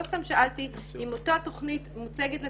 לא סתם שאלתי אם אותה תוכנית מוצגת לציבור,